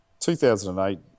2008